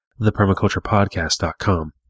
thepermaculturepodcast.com